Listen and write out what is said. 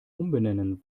umbenennen